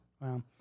Wow